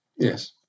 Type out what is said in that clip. Yes